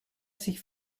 sich